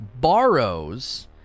borrows